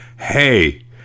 Hey